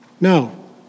No